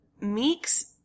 Meeks